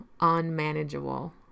unmanageable